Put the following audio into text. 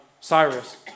Cyrus